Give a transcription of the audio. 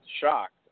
shocked